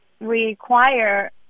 require